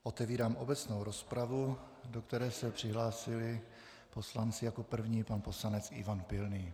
Otevírám obecnou rozpravu, do které se přihlásili poslanci jako první pan poslanec Pilný.